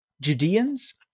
Judeans